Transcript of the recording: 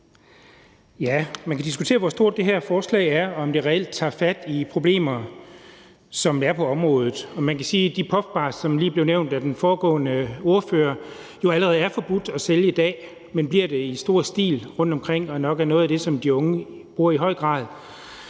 Man kan diskutere, hvor stort det her forslag er, og om det reelt tager fat i problemer, som er på området. Og man kan sige, at de puffbarer, som lige blev nævnt af den foregående ordfører, jo allerede er forbudt at sælge i dag, men bliver solgt rundtomkring i stor stil og er nok noget af det, som de unge i høj grad